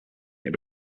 make